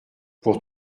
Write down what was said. pour